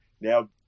now